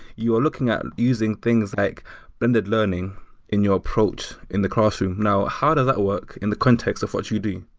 you are looking and using things like bended learning in your approach in the classroom. now, how does that work in the context of what you're doing?